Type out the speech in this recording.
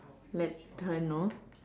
let her know